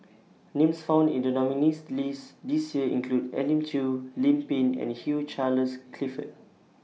Names found in The nominees list This Year include Elim Chew Lim Pin and Hugh Charles Clifford